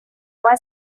roi